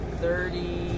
thirty